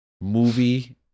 movie